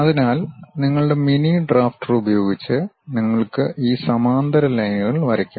അതിനാൽ നിങ്ങളുടെ mini drafter ഉപയോഗിച്ച് നിങ്ങൾക്ക് ഈ സമാന്തര ലൈനുകൾ വരയ്ക്കാം